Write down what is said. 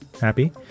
happy